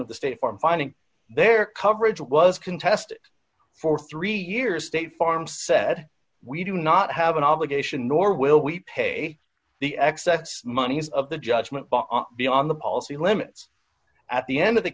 of the state farm finding their coverage was contested for three years state farm said we do not have an obligation nor will we pay the excess monies of the judgment be on the policy limits at the end of the